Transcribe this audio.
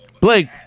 Blake